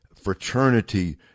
Fraternity